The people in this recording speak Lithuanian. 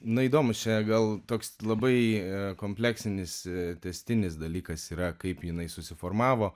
na įdomus čia gal toks labai kompleksinis tęstinis dalykas yra kaip jinai susiformavo